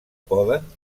poden